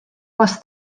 was